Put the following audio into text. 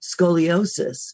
scoliosis